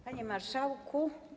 Panie Marszałku!